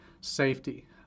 safety